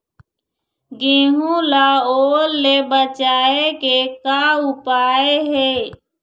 गेहूं ला ओल ले बचाए के का उपाय हे?